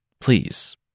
Please